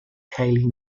cayley